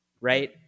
right